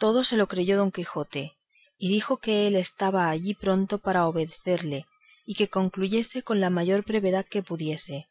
todo se lo creyó don quijote y dijo que él estaba allí pronto para obedecerle y que concluyese con la mayor brevedad que pudiese